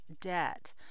debt